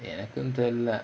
எனக்கும் தெரில:enakkum therila